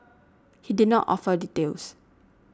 he did not offer details